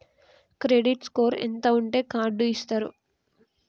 Credit score ఎంత ఉంటే card ఇస్తారు?